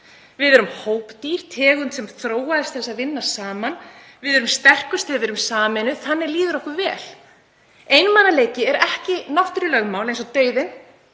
Við erum hópdýr, tegund sem þróaðist til þess að vinna saman. Við erum sterkust þegar við erum sameinuð. Þannig líður okkur vel. Einmanaleiki er ekki náttúrulögmál eins og dauðinn.